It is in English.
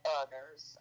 others